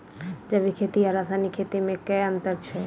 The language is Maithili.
जैविक खेती आ रासायनिक खेती मे केँ अंतर छै?